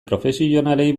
profesionalei